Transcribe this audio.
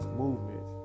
movement